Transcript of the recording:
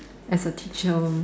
as a teacher